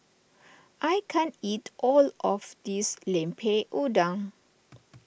I can't eat all of this Lemper Udang